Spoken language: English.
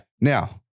Now